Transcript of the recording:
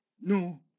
no